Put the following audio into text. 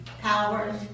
powers